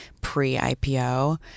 pre-ipo